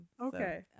Okay